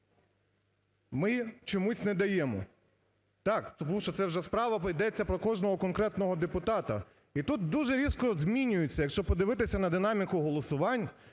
ми чомусь не даємо. Так, тому що це вже справа йдеться про кожного конкретного депутата. І тут дуже різко змінюється, якщо подивитися на динаміку голосувань,